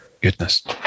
goodness